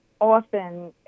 often